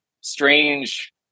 strange